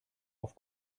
auf